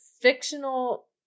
fictional